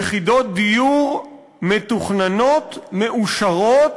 יחידות דיור מתוכננות, מאושרות,